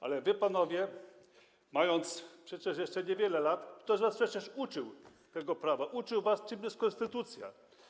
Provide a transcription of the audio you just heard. Ale was, panowie, gdy mieliście jeszcze niewiele lat, ktoś przecież uczył tego prawa, uczył was, czym jest konstytucja.